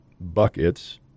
buckets